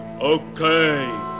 Okay